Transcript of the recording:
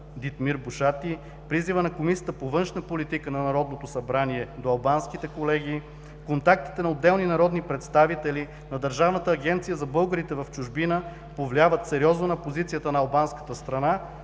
Дитмир Бушати, призивът на Комисията по външна политика на Народното събрание до албанските колеги, контактите на отделни народни представители, на Държавната агенция за българите в чужбина повлияват сериозно на позицията на албанската страна